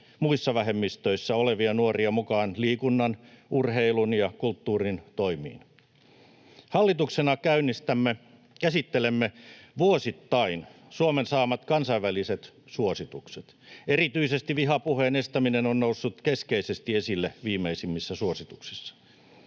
muissa vähemmistöissä olevia nuoria mukaan liikunnan, urheilun ja kulttuurin toimiin. Hallituksena käsittelemme vuosittain Suomen saamat kansainväliset suositukset. Erityisesti vihapuheen estäminen on noussut keskeisesti esille viimeisimmissä suosituksissa.